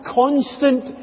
constant